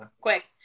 quick